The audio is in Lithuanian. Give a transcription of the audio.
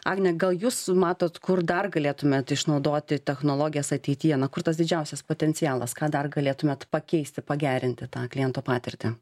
agne gal jūs matot kur dar galėtumėt išnaudoti technologijas ateityje na kur tas didžiausias potencialas ką dar galėtumėt pakeisti pagerinti tą kliento patirtį